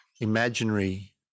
imaginary